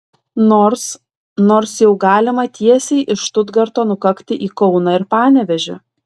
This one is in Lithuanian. nors nors jau galima tiesiai iš štutgarto nukakti į kauną ir panevėžį